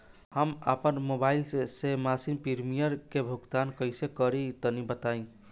हम आपन मोबाइल से मासिक प्रीमियम के भुगतान कइसे करि तनि बताई?